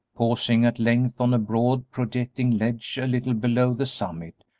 pausing at length on a broad, projecting ledge a little below the summit,